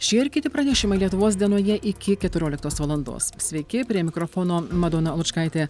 šie ir kiti pranešimai lietuvos dienoje iki keturioliktos valandos sveiki prie mikrofono madona lučkaitė